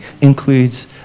includes